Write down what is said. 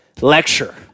lecture